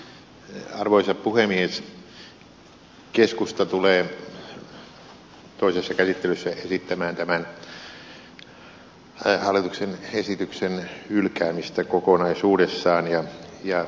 keskusta tulee toisessa käsittelyssä esittämään tämän hallituksen esityksen hylkäämistä kokonaisuudessaan